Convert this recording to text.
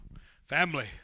family